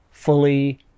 fully